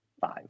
five